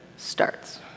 Starts